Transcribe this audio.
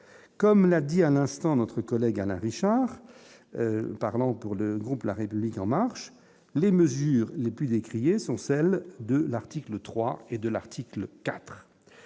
comme l'a dit à l'instant, notre collègue Alain Richard parlant pour le groupe, la République en marche les mesures les plus décriées sont celles de l'article 3 et de l'article